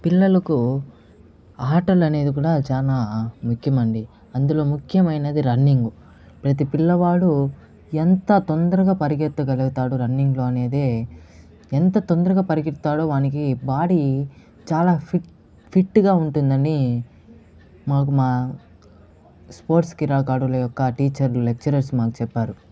పిల్లలకు అటలనేది కూడా చాలా ముఖ్యం అండి అందులో ముఖ్యమైనది రన్నింగ్ ప్రతి పిల్లవాడు ఎంత తొందరగా పరిగెత్తగలుగుతాడో రన్నింగ్ లో అనేదే ఎంత తొందరగా పరిగెత్తాడో వానికి బాడీ చాలా ఫిట్ ఫిట్ గా ఉంటుందని మాకు మా స్పోర్ట్స్ క్రీడాకారుల యొక్క టీచర్లు లెక్చరర్స్ మాకు చెప్పారు